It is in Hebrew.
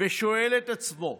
ושואל את עצמו: